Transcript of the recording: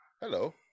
Hello